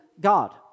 God